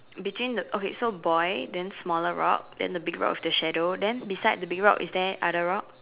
between the okay so boy then smaller rock then the big rock with the shadow then beside the big rock is there other rocks